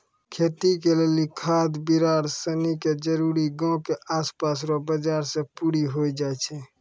खेती के लेली खाद बिड़ार सनी के जरूरी गांव के आसपास रो बाजार से पूरी होइ जाय छै